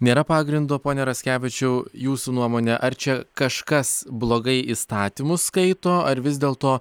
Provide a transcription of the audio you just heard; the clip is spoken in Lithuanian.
nėra pagrindo pone raskevičiau jūsų nuomone ar čia kažkas blogai įstatymus skaito ar vis dėl to